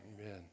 Amen